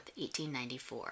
1894